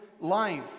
life